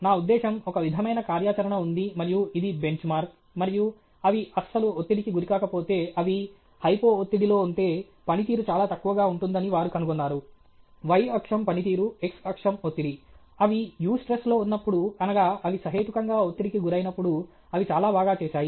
నా ఉద్దేశ్యం ఒక విధమైన కార్యాచరణ ఉంది మరియు ఇది బెంచ్ మార్క్ మరియు అవి అస్సలు ఒత్తిడికి గురికాకపోతే అవి హైపో ఒత్తిడిలో ఉంటే పనితీరు చాలా తక్కువగా ఉంటుందని వారు కనుగొన్నారు y అక్షం పనితీరు x అక్షం ఒత్తిడి అవి యూస్ట్రెస్లో ఉన్నప్పుడు అనగా అవి సహేతుకంగా ఒత్తిడికి గురైనప్పుడు అవి చాలా బాగా చేసాయి